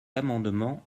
amendement